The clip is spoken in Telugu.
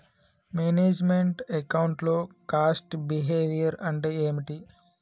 మేనేజ్ మెంట్ అకౌంట్ లో కాస్ట్ బిహేవియర్ అంటే ఏమిటి?